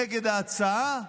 נגד ההצעה,